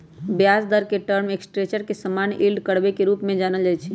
ब्याज दर के टर्म स्ट्रक्चर के समान्य यील्ड कर्व के रूपे जानल जाइ छै